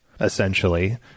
essentially